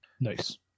Nice